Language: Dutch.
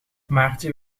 maartje